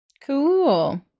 cool